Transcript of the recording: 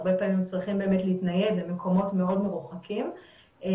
הרבה פעמים הם צריכים באמת להתנייד למקומות מאוד מרוחקים וכן,